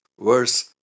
verse